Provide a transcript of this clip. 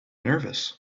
nervous